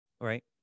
Right